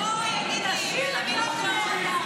רואה את זה כיעד, אנא לסיים,